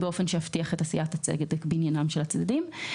באופן שיבטיח את עשיית צדק בעניינם של הצדדים.